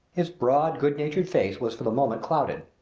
his broad, good-natured face was for the moment clouded.